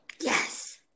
Yes